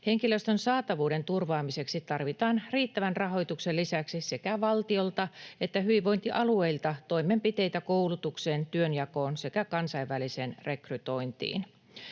Henkilöstön saatavuuden turvaamiseksi tarvitaan riittävän rahoituksen lisäksi sekä valtiolta että hyvinvointialueilta toimenpiteitä koulutukseen, työnjakoon sekä kansainväliseen rekrytointiin.